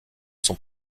son